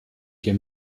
hier